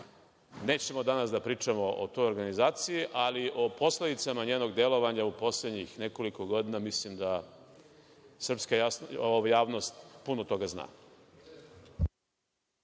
nećemo danas da pričamo o toj organizaciji, ali o posledicama njenog delovanja u poslednjih nekoliko godina, mislim da srpska javnost puno toga zna.